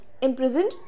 Imprisoned